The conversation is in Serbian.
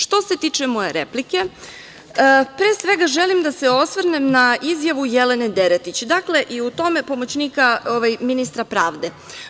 Što se tiče moje replike, pre svega želim da se osvrnem na izjavu Jelene Deretić, pomoćnika ministra pravde.